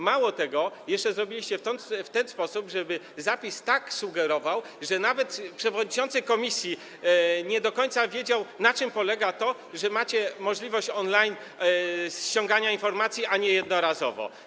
Mało tego, jeszcze zrobiliście to w ten sposób, żeby zapis tak sugerował, że nawet przewodniczący komisji nie do końca wiedział, na czym to polega, że macie możliwość ściągania informacji on-line, a nie jednorazowo.